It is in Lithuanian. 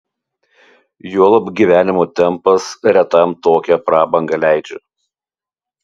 juolab gyvenimo tempas retam tokią prabangą leidžia